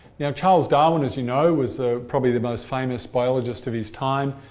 now charles darwin as you know was ah probably the most famous biologist of his time,